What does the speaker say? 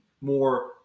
more